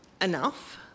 enough